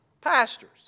Pastors